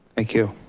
thank you,